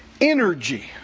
energy